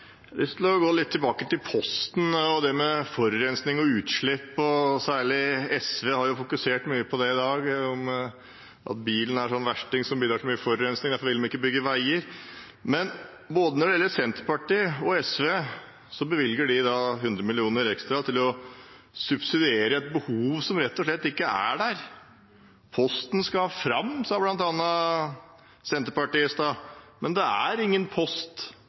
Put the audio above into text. lyst til å gå tilbake til Posten og det med forurensning og utslipp. Særlig SV har fokusert mye i dag på at bilen er en versting som bidrar med så mye forurensning. Derfor vil de ikke bygge veier. Men når det gjelder både Senterpartiet og SV, bevilger de 100 mill. kr ekstra til å subsidiere et behov som rett og slett ikke er der. Posten skal fram, sa bl.a. Senterpartiet i stad, men det er ikke noe post